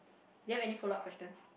do you have any follow up question